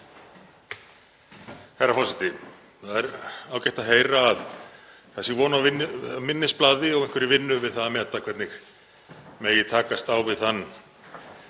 Herra forseti. Það er ágætt að heyra að það sé von á minnisblaði og einhverri vinnu við það að meta hvernig megi takast á við þann